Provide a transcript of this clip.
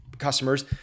customers